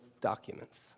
documents